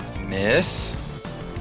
Miss